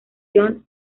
john